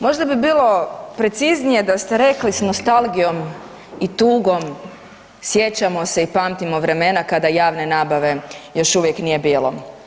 Možda bi bilo preciznije da ste rekli s nostalgijom i tugom sjećamo se i pamtimo vremena kada javne nabave još uvijek nije bilo.